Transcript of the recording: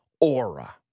aura